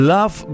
Love